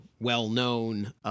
well-known